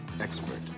expert